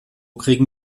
kriegen